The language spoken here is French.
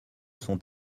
sont